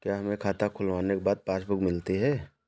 क्या हमें खाता खुलवाने के बाद पासबुक मिलती है?